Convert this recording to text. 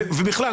ובכלל,